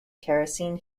kerosene